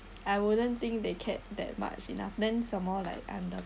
I wouldn't think they cared that much enough then some more like I'm the